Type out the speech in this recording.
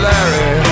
Larry